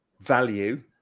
value